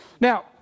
Now